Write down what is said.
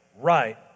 right